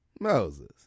moses